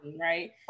right